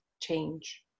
change